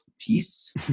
Peace